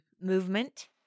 movement